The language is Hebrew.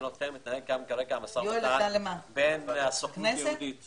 כרגע דיון בין הסוכנות היהודית